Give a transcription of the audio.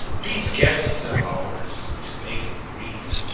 these guests of ours, to make it brief,